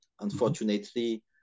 Unfortunately